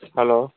hello